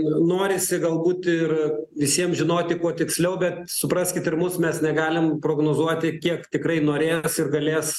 norisi galbūt ir visiem žinoti kuo tiksliau bet supraskit ir mus mes negalim prognozuoti kiek tikrai norės ir galės